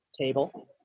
table